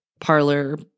parlor